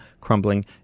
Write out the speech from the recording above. crumbling